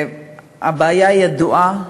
הבעיה ידועה,